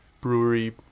brewery